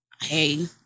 Hey